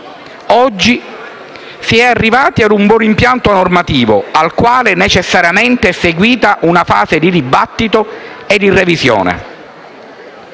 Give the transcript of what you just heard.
Oggi si è arrivati a un buon impianto normativo, al quale necessariamente è seguita una fase di dibattito e di revisione.